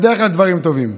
בדרך כלל דברים טובים.